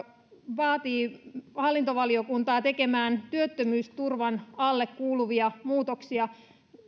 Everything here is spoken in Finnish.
vaativat hallintovaliokuntaa tekemään työttömyysturvan alle kuuluvia muutoksia